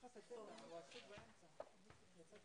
הייתה